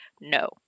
No